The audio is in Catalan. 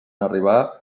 arribar